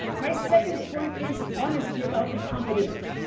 my second point is honesty about accompaniment.